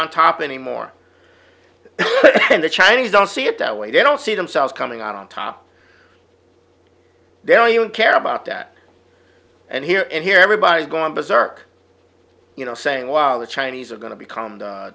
on top anymore and the chinese don't see it that way they don't see themselves coming out on top there you don't care about that and here and here everybody's gone berserk you know saying well the chinese are going to become